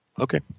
Okay